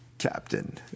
captain